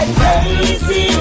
crazy